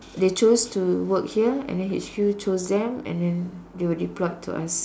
they chose to work here and then H_Q chose them and then they were deployed to us